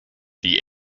the